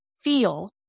feel